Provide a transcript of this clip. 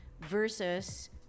versus